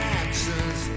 actions